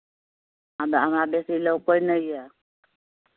हमरा हमरा बेसी लौकैत नहि यए